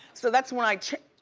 so that's when i ch.